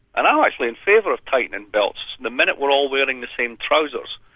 and i'm actually in favour of tightening belts, the minute we're all wearing the same trousers.